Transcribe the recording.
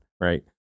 right